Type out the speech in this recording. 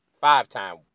five-time